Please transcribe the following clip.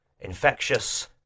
infectious